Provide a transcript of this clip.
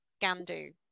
Gandu